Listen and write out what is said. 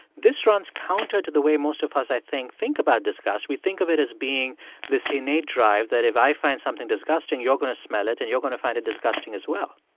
this runs counter to the way most of us, i think, think about disgust. we think of it as being this innate drive that, if i find something disgusting, you're going to smell it, and you're going to find it disgusting as well